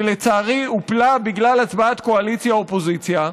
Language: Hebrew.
ולצערי הופלה בגלל הצבעת קואליציה אופוזיציה,